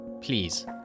Please